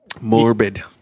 Morbid